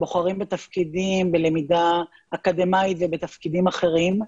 בוחרים בתפקידים בלמידה אקדמאית ובתפקידים אחרים,